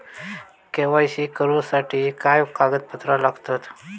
KYC करूच्यासाठी काय कागदपत्रा लागतत?